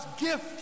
gift